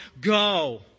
Go